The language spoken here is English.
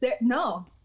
No